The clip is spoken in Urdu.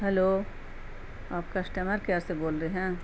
ہیلو آپ کسٹمر کیئر سے بول رہے ہیں